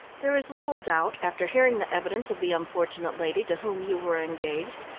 there is little doubt, after hearing the evidence of the unfortunate lady to whom you were engaged,